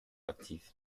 aktiv